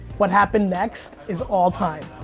what happened next, is all time.